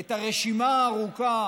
את הרשימה הארוכה